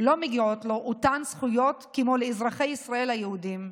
לא מגיעות לו אותן זכויות כמו לאזרחי ישראל היהודים.